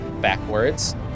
backwards